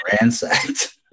ransacked